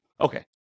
Okay